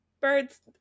Birds